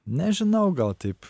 nežinau gal taip